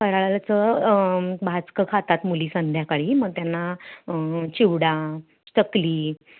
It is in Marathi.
फराळाचं भाजकं खातात मुली संध्याकाळी मग त्यांना चिवडा चकली